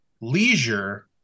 leisure